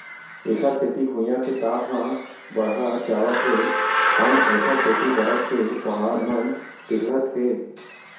एखर सेती भुइयाँ के ताप ह बड़हत जावत हे अउ एखर सेती बरफ के पहाड़ मन पिघलत हे